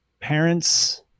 parents